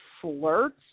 flirts